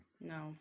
no